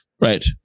Right